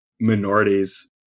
minorities